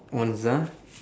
onz ah